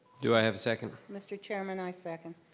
do i have a second? mr. chairman, i second.